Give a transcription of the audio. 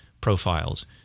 profiles